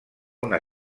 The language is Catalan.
una